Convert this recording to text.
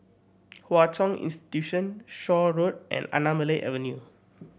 Hwa Chong Institution Shaw Road and Anamalai Avenue